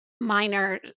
minor